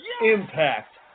Impact